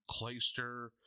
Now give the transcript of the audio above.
Clayster